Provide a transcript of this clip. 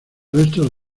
restos